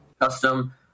custom